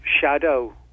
shadow